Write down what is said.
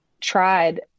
tried